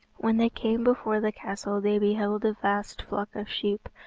when they came before the castle they beheld a vast flock of sheep,